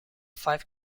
five